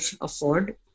afford